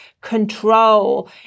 control